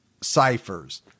ciphers